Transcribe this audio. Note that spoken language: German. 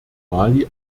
mali